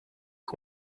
ont